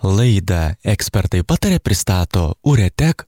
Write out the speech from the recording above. laidą ekspertai pataria pristato uretek